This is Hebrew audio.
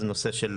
אז נושא של